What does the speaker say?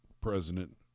President